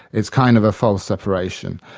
it's kind of a false separation.